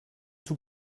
tout